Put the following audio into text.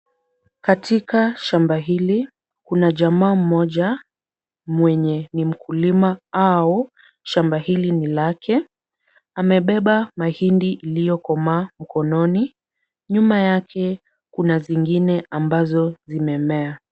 Katika shamba hili kuna jamaa mmoja mwenye ni mkulima au shamba hili ni lake. Amebeba mahindi iliyokomaa mkononi. Nyuma yake kuna zingine ambazo zimemea.